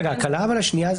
אבל ההקלה השנייה,